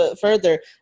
further